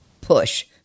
push